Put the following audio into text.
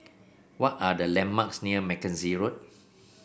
what are the landmarks near Mackenzie Road